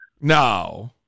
No